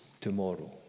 tomorrow